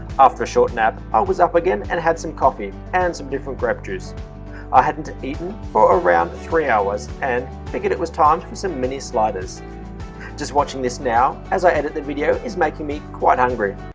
after short nap, i was up again and had some coffee and some different grape juice i hadn't eaten for around three hours and thinking it was time for some mini sliders just watching this now, as i edit the video is making me quite hungry.